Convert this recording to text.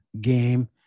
game